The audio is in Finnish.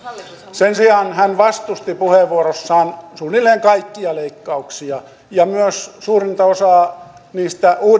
sen sijaan hän vastusti puheenvuorossaan suunnilleen kaikkia leikkauksia ja myös suurinta osaa niistä